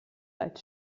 als